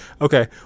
okay